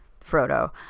frodo